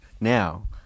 now